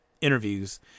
interviews